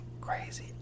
crazy